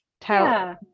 tell